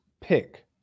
pick